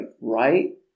right